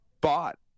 bought